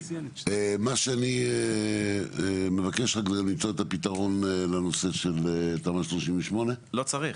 מה שאני מבקש רק זה למצוא את הפתרון לנושא של תמ"א 38. לא צריך.